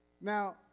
Now